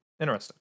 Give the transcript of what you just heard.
interesting